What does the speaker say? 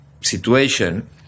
situation